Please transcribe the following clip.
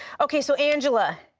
okay, so angela,